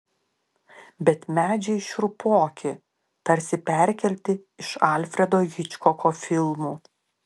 bet medžiai šiurpoki tarsi perkelti iš alfredo hičkoko filmų